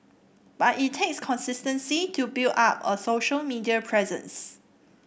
but it takes consistency to build up a social media presence